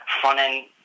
front-end